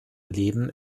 leben